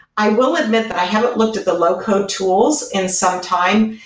i will admit that i haven't looked at the low-code tools in sometime.